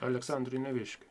aleksandrui neviškiui